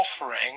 offering